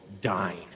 dying